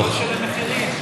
ולא לשלם מחירים,